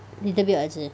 little bit of ecze~